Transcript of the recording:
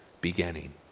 beginning